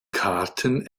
karten